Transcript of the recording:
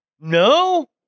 No